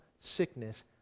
sickness